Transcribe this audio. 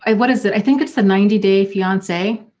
and what is it, i think it's a ninety day fiance.